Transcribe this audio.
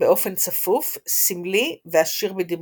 באופן צפוף, סמלי ועשיר בדימויים.